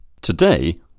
Today